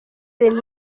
des